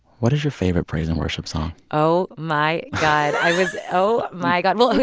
what is your favorite praise and worship song? oh, my god i was oh, my god. well, wait.